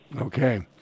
Okay